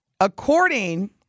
according